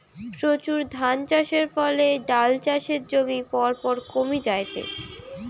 প্রচুর ধানচাষের ফলে ডাল চাষের জমি পরপর কমি জায়ঠে